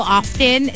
often